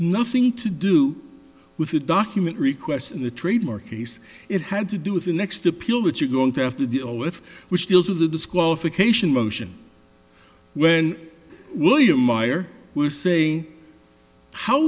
nothing to do with the document requests in the trademark case it had to do with the next appeal that you're going to have to deal with which deals with the disqualification motion when william myer was saying how